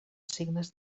signes